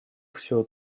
всё